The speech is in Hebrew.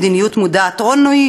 מדיניות מודעת עוני,